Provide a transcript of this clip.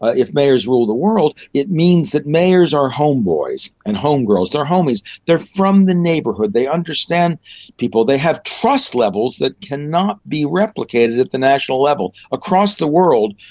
ah if mayors rule the world it means that mayors are homeboys and homegirls, they are homies, they are from the neighbourhood, they understand people, they have trust levels that cannot be replicated at the national level. across the world,